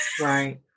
Right